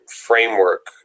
framework